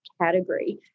category